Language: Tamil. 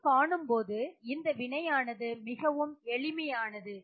நாம் காணும் போது இந்த வினையானது மிகவும் எளிமையானது